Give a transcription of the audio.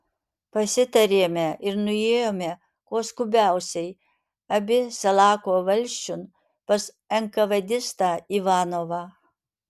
pasitarėme ir nuėjome kuo skubiausiai abi salako valsčiun pas enkavedistą ivanovą